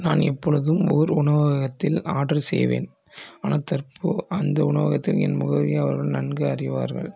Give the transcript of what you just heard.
நான் எப்பொழுதும் ஓரு உணவகத்தில் ஆர்ட்ரு செய்வேன் ஆனால் தற்போது அந்த உணவகத்தில் என் முகவரியை அவர்கள் நன்கு அறிவார்கள்